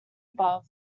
above